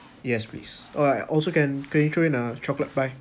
yes please oh I also can can you throw in a chocolate pie